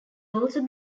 also